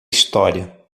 história